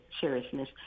seriousness